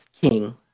king